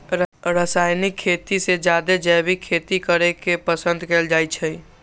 रासायनिक खेती से जादे जैविक खेती करे के पसंद कएल जाई छई